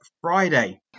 Friday